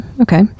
Okay